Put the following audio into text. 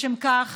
לשם כך